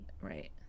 right